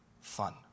fun